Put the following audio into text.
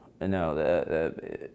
No